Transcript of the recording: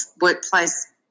workplace